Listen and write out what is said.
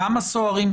כמה אחרות?